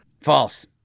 False